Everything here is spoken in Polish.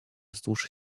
wzdłuż